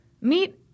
Meet